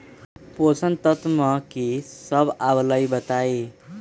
पोषक तत्व म की सब आबलई बताई?